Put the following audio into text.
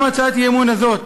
גם הצעת האי-אמון הזאת,